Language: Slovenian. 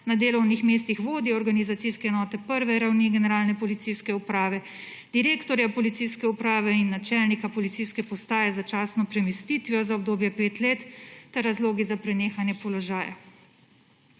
na delovnih mestih vodje organizacijske enote prve ravni generalne policijske uprave, direktorja policijske uprave in načelnika policijske postaje z začasno premestitvijo za obdobje 5 let ter razlogi za prenehanje položaja.